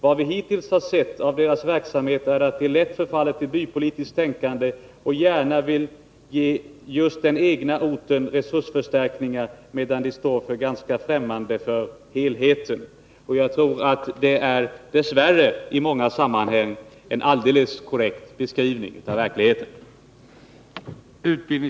Vad vi hittills har sett av deras verksamhet är att de lätt förfaller till bypolitiskt tänkande och gärna vill ge just den egna orten resursförstärkningar, medan de står ganska främmande för helheten.” Jag tror att detta dess värre i många sammanhang är en alldeles korrekt beskrivning av verkligheten.